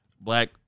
Black